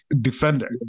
defender